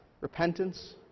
repentance